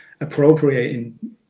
appropriating